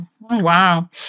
Wow